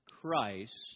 Christ